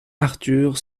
arthur